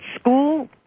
school